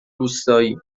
روستایی